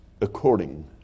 according